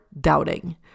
doubting